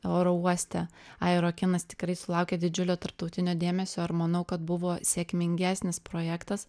oro uoste aerokinas tikrai sulaukė didžiulio tarptautinio dėmesio ir manau kad buvo sėkmingesnis projektas